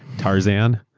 tarzan,